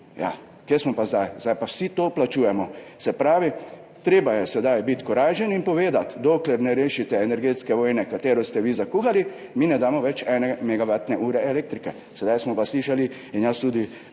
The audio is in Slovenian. Ja, kje smo pa zdaj? Zdaj pa vsi to plačujemo. Se pravi, treba je sedaj biti korajžen in povedati, dokler ne rešite energetske vojne, ki ste jo vi zakuhali, mi ne damo več ene megavatne ure elektrike. Sedaj smo pa slišali in jaz tudi